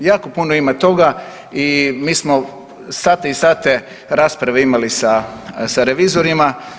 Jako puno ima toga i mi smo sate i sate rasprave imali sa revizorima.